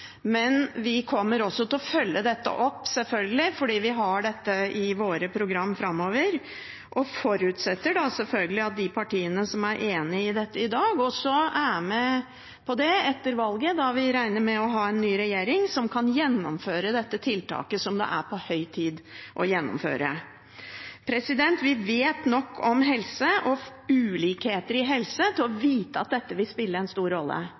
men vi kommer selvfølgelig også til å følge dette opp fordi vi har dette i våre programmer framover. Og vi forutsetter da at de partiene som er enig i dette i dag, også er med på det etter valget, da vi regner med å ha en ny regjering som kan gjennomføre dette tiltaket, som det er på høy tid å gjennomføre. Vi vet nok om helse og ulikheter i helse til å vite at dette vil spille en stor rolle.